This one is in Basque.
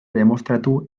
demostratu